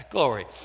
Glory